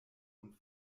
und